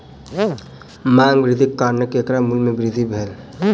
मांग वृद्धिक कारणेँ केराक मूल्य में वृद्धि भेल